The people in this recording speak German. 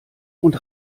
und